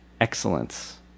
excellence